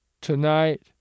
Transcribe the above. Tonight